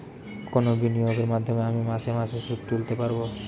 কোন বিনিয়োগের মাধ্যমে আমি মাসে মাসে সুদ তুলতে পারবো?